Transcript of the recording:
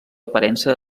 aparença